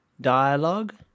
dialogue